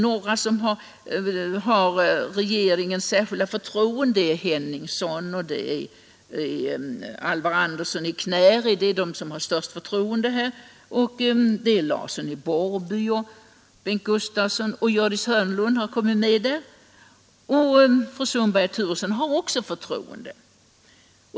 Några riksdagsmän har regeringens särskilda förtroende: Einar Henningsson, Andersson i Knäred, Larsson i Borrby och Gustavsson i Eskilstuna. Gördis Hörnlund har också kommit med där. Även Ingrid Sundberg och Bo Turesson har regeringens förtroende.